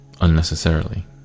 unnecessarily